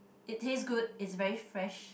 it taste good it's very fresh